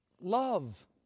Love